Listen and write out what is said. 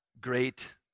great